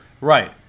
Right